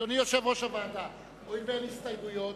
הואיל ואין התנגדויות,